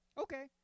Okay